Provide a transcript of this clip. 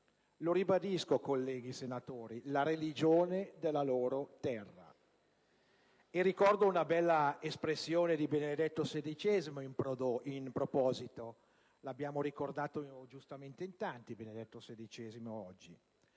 Lo ribadisco, colleghi senatori, la religione della loro terra. E ricordo una bella espressione di Benedetto XVI in proposito (oggi abbiamo ricordato giustamente in tanti Papa Benedetto XVI).